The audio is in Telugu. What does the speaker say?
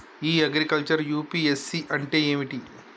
ఇ అగ్రికల్చర్ యూ.పి.ఎస్.సి అంటే ఏమిటి?